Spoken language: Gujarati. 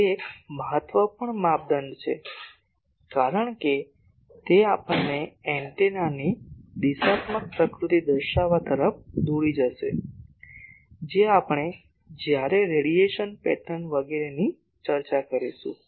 તે એક મહત્વપૂર્ણ માપદંડ છે કારણ કે તે આપણને એન્ટેનાની દિશાત્મક પ્રકૃતિ દર્શાવવા તરફ દોરી જશે જે આપણે જ્યારે રેડિયેશન પેટર્ન વગેરેની ચર્ચા કરીશું